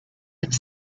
have